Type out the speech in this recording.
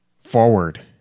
forward